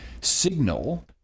signal